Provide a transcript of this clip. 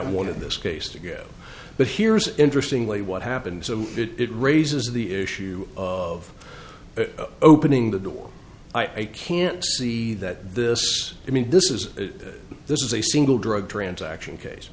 wanted this case to go but here's interestingly what happened so it raises the issue of opening the door i can't see that this i mean this is this is a single drug transaction case